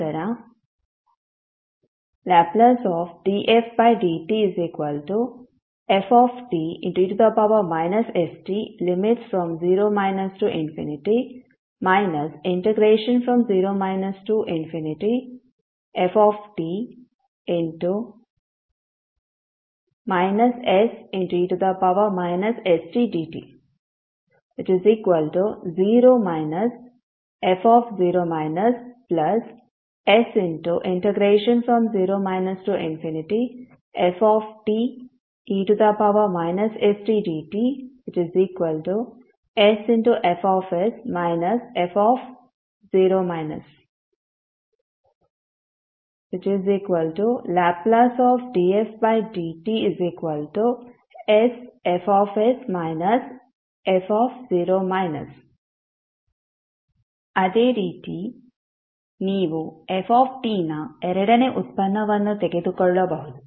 ನಂತರ Ldfdtfte st|0 0 ft se stdt 0 f0 s0 fte stdtsFs f Ldfdt sFs f ಈಗ ಅದೇ ರೀತಿ ನೀವು f ನ ಎರಡನೇ ಉತ್ಪನ್ನವನ್ನೂ ತೆಗೆದುಕೊಳ್ಳಬಹುದು